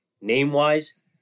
Name-wise